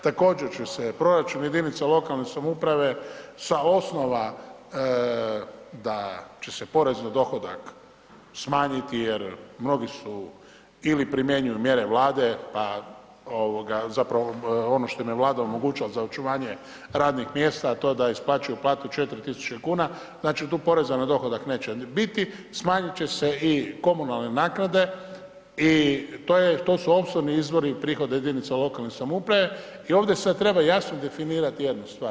Također će se proračun jedinica lokalne samouprave sa osnova da će se porez na dohodak smanjiti jer mnogi su ili primjenjuju mjere Vlade pa ovoga zapravo ono što im je Vlada omogućila za očuvanje radnih mjesta, a to da isplaćuju plaću 4.000 kuna, znači tu porezna na dohodak neće ni biti, smanjit će se i komunalne naknade i to je, to su …/nerazumljivo/… izvori prihoda jedinica lokalne samouprave i ovdje sad treba jasno definirati jednu stvar.